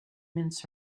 mince